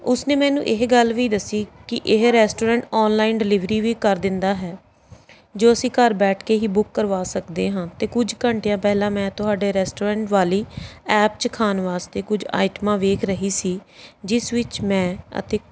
ਉਸਨੇ ਮੈਨੂੰ ਇਹ ਗੱਲ ਵੀ ਦੱਸੀ ਕਿ ਇਹ ਰੈਸਟੋਰੈਂਟ ਆਨਲਾਈਨ ਡਿਲੀਵਰੀ ਵੀ ਕਰ ਦਿੰਦਾ ਹੈ ਜੋ ਅਸੀਂ ਘਰ ਬੈਠ ਕੇ ਹੀ ਬੁੱਕ ਕਰਵਾ ਸਕਦੇ ਹਾਂ ਅਤੇ ਕੁਝ ਘੰਟਿਆਂ ਪਹਿਲਾਂ ਮੈਂ ਤੁਹਾਡੇ ਰੈਸਟੋਰੈਂਟ ਵਾਲੀ ਐਪ 'ਚ ਖਾਣ ਵਾਸਤੇ ਕੁਝ ਆਈਟਮਾਂ ਵੇਖ ਰਹੀ ਸੀ ਜਿਸ ਵਿੱਚ ਮੈਂ ਅਤੇ